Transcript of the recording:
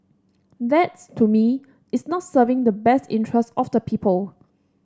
that to me is not serving the best interest of the people